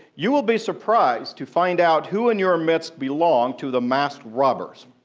you will be surprised to find out who in your midst belong to the masked robbers.